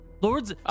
Lords